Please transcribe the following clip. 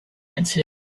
answered